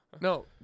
No